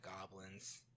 goblins